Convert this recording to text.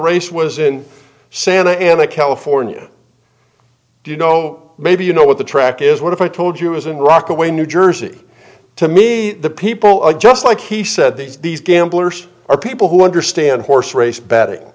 race was in santa ana california do you know maybe you know what the track is what if i told you is in rockaway new jersey to me the people are just like he said these gamblers are people who understand horse race betting